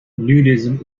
nudism